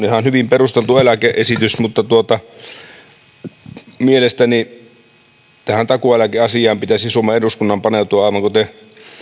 ihan hyvin perusteltu eläke esitys mutta mielestäni tähän takuueläkeasiaan pitäisi suomen eduskunnan paneutua aivan kuten